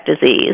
disease